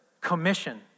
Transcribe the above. commission